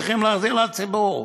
צריכים להחזיר לציבור.